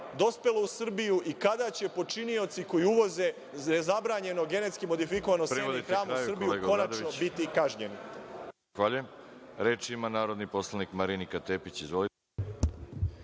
dospelo u Srbiju i kada će počinioci koji uvoze zabranjeno genetski modifikovano seme i hranu u Srbiju konačno biti kažnjeni?